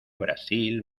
brasil